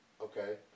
okay